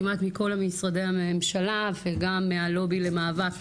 כמעט מכל משרדי הממשלה וגם מהלובי למאבק